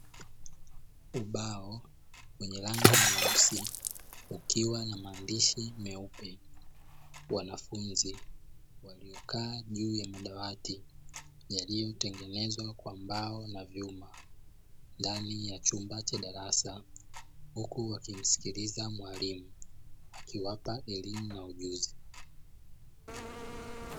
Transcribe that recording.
Ubao wenye rangi nyeusi ukiwa na maandishi meupe. Wanafunzi waliokaa juu ya madawati yaliyotengenezwa kwa mbao na vyuma ndani ya chumba cha darasa huku, wakimsikiliza mwalimu akiwapa elimu na ujuzi.